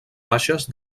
baixes